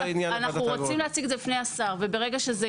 אנחנו רוצים להציג את זה בפני השר.